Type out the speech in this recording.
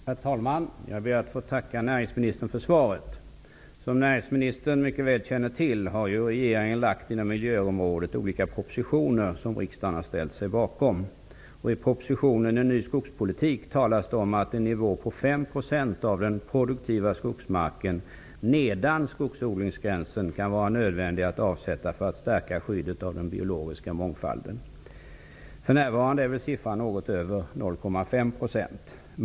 Herr talman! Jag ber att få tacka näringsministern för svaret. Som näringsministern mycket väl känner till har regeringen inom miljöområdet lagt fram olika propositioner som rikdagen har ställt sig bakom. I propositionen En ny skogspolitik talas det om att en nivå på 5 % av den produktiva skogsmarken nedan skogsodlingsgränsen är en nödvändig avsättning för att stärka skyddet av den biologiska mångfalden. För närvarande är den något över 0,5 %.